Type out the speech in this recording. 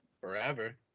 forever